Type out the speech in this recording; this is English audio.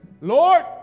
Lord